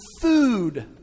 food